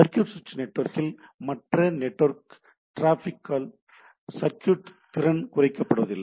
circuit சுவிட்ச் நெட்வொர்க்கில் மற்ற நெட்வொர்க் ட்ராஃபிக்கால் சர்க்யூட் திறன் குறைக்கப்படுவதில்லை